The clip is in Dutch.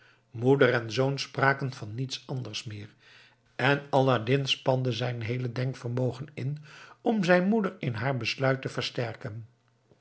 moeder en zoon spraken van niets anders meer en aladdin spande zijn heele denkvermogen in om zijn moeder in haar besluit te versterken